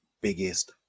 biggest